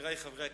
חברי חברי הכנסת,